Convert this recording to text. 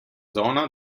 zona